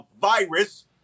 virus